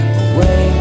away